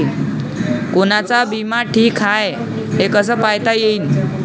कोनचा बिमा ठीक हाय, हे कस पायता येईन?